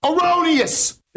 Erroneous